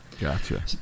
Gotcha